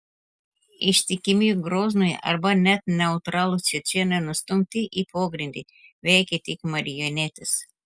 ištikimi groznui arba net neutralūs čečėnai nustumti į pogrindį veikia tik marionetės